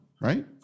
right